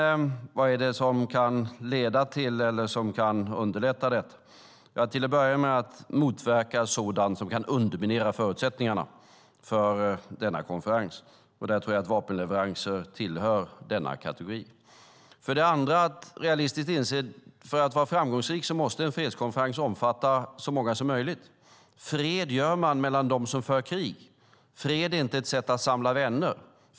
Sedan är frågan vad som kan leda till eller underlätta att det hela förs framåt. Till att börja med måste sådant som kan underminera förutsättningarna för konferensen motverkas. Där tror jag att vapenleveranser tillhör den kategorin. För det andra måste vi vara realistiska och inse att för att vara framgångsrik måste en fredskonferens omfatta så många som möjligt. Fred skapar man mellan dem som för krig. Fred är inte ett sätt att samla vänner.